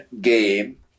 game